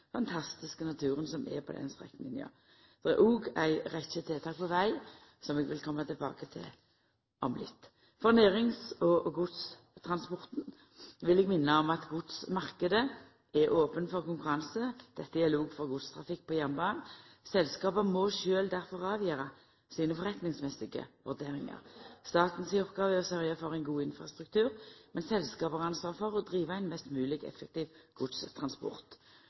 fantastiske naturen som er på den strekninga. Det er òg ei rekkje tiltak på veg som eg vil koma tilbake til om litt. For nærings- og godstransporten vil eg minna om at godsmarknaden er open for konkurranse – dette gjeld òg for godstrafikk på jernbanen. Selskapa må difor sjølve avgjera sine forretningsmessige vurderingar. Staten si oppgåve er å sørgja for ein god infrastruktur, medan selskapa har ansvar for å driva ein mest mogleg effektiv godstransport.